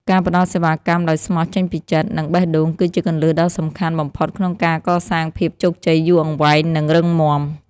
ការផ្ដល់សេវាកម្មដោយស្មោះចេញពីចិត្ត និងបេះដូង គឺជាគន្លឹះដ៏សំខាន់បំផុតក្នុងការកសាងភាពជោគជ័យយូរអង្វែង និងរឹងមាំ។